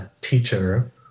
teacher